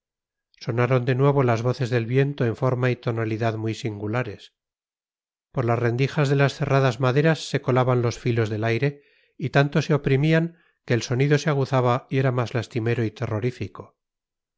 sonaron de nuevo las voces del viento en forma y tonalidad muy singulares por las rendijas de las cerradas maderas se colaban los filos del aire y tanto se oprimían que el sonido se aguzaba y era más lastimero y terrorífico